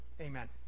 Amen